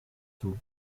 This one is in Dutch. toe